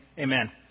Amen